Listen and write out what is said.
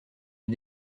est